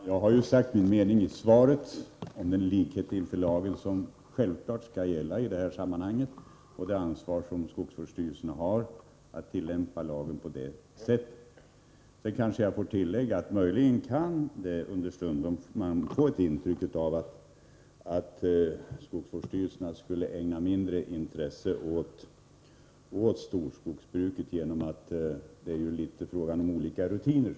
Herr talman! Jag har i svaret sagt min mening om den likhet inför lagen som självklart skall gälla i detta sammanhang och det ansvar som skogsvårdsstyrelserna har att tillämpa lagen på det sättet. Jag kanske kan tillägga att man understundom möjligen kan få ett intryck av att skogsvårdsstyrelserna skulle ägna mindre intresse åt storskogsbruket genom att det är fråga om litet olika rutiner.